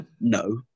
No